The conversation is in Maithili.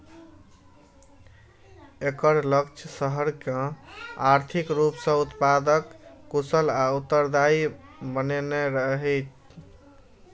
एकर लक्ष्य शहर कें आर्थिक रूप सं उत्पादक, कुशल आ उत्तरदायी बनेनाइ रहै